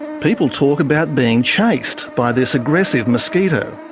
people talk about being chased by this aggressive mosquito.